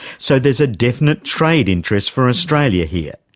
so there's a definite trade interest for australia here.